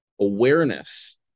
awareness